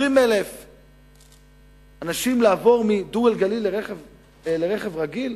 20,000 אנשים לעבור מדו-גלגלי לרכב רגיל?